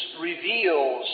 reveals